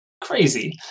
crazy